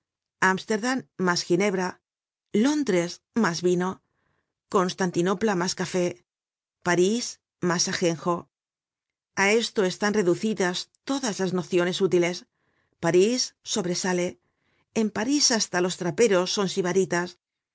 chocolate amsterdammas ginebra londres mas vino constantinopla mas café parís mas ajenjo a esto están reducidas todas las nociones útiles parís sobresale en parís hasta los traperos son sibaritas